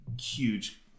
huge